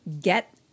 Get